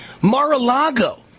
Mar-a-Lago